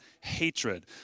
hatred